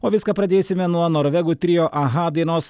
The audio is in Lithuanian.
o viską pradėsime nuo norvegų trio aha dainos